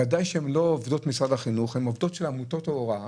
ודאי שהן לא עובדות משרד החינוך אלא הן עובדות של עמותות ההוראה